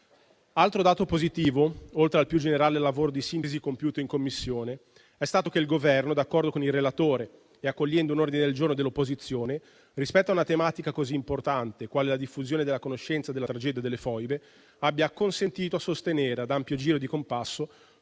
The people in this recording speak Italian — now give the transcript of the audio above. Altro dato positivo, oltre al più generale lavoro di sintesi compiuto in Commissione, è stato che il Governo, d'accordo con il relatore e accogliendo un ordine del giorno dell'opposizione, rispetto a una tematica così importante quale la diffusione della conoscenza e della tragedia delle foibe, abbia acconsentito a sostenere ad ampio giro di compasso